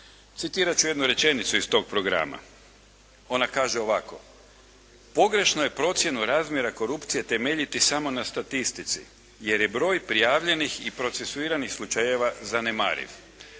Citirat ću jednu rečenicu iz tog programa. Ona kaže ovako: "Pogrešno je procjenu razmjera korupcije temeljiti samo na statistici jer je broj prijavljenih i procesuiranih slučajeva zanemariv.".